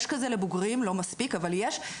יש כזה לבוגרים, לא מספיק אבל יש.